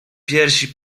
piersi